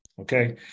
okay